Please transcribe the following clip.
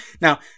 Now